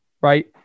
right